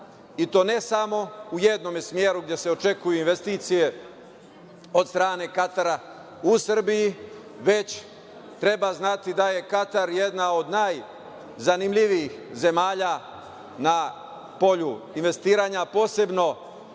i to ne samo u jednom smeru, gde se očekuju investicije od strane Katara u Srbiji, već treba znati da je Katar jedna od najzanimljivijih zemalja na polju investiranja, posebno